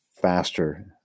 faster